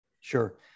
Sure